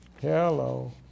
Hello